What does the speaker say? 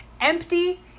empty